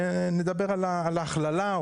ונדבר על הכללה,